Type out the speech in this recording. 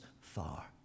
far